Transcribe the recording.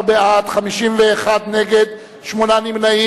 11 בעד, 51 נגד, שמונה נמנעים.